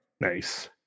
Nice